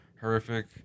horrific